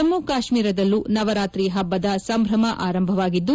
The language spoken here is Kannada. ಜಮ್ಮ ಕಾತ್ಮೀರದಲ್ಲೂ ನವರಾತ್ರಿ ಹಬ್ಬದ ಸಂಭ್ರಮ ಆರಂಭವಾಗಿದ್ದು